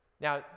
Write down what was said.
Now